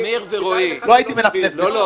אמיר, לא הייתי מנפנף בזה.